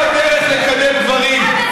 זו לא הדרך לקדם דברים.